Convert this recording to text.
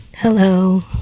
Hello